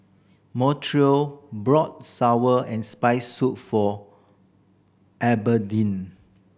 Montrell bought sour and Spicy Soup for Albertine